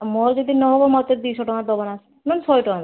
ଅ ମୋର ଯଦି ନହେବ ମୋତେ ଦୁଇଶହ ଟଙ୍କା ଦେବନା ନହେନେ ଶହେଟଙ୍କା ଦେବ